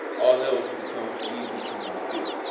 all else becomes easy to instill.